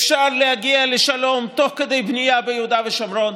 אפשר להגיע לשלום תוך כדי בנייה ביהודה ושומרון,